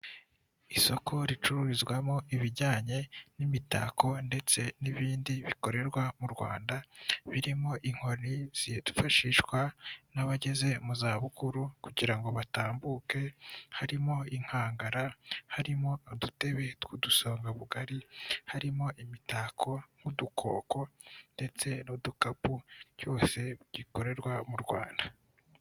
Isoko ricururizwamo ibijyanye n'imitako ndetse n'ibindi bikorerwa m'u Rwanda birimo inkoni zifashishwa n'abageze mu zabukuru kugira ngo batambuke, harimo inkangara, harimo udutebe tw'udusongabugari, harimo imitako nk'udukoko ndetse n'udukapu, cyose gikorerwa m'u Rwanda.